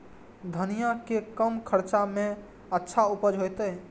धनिया के कम खर्चा में अच्छा उपज होते?